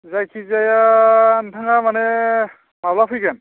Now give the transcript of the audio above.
जायखिजाया नोंथाङा मानि माब्ला फैगोन